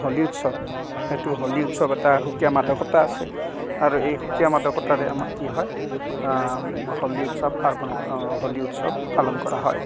হোলী উৎসৱ সেইটো হোলী উৎসৱ এটা সুকীয়া মাদকতা আছে আৰু এই সুকীয়া মাদকতাৰে আমাৰ কি হয় হোলী উৎসৱ পাৰ্বণ উৎসৱ পালন কৰা হয়